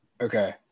Okay